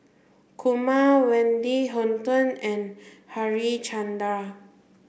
Kumar Wendy Hutton and Harichandra